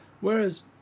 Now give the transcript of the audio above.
whereas